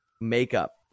makeup